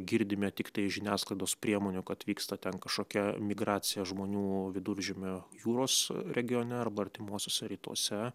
girdime tiktai iš žiniasklaidos priemonių kad vyksta ten kažkokia migracija žmonių viduržemio jūros regione arba artimuosiuose rytuose